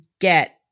get